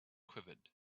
quivered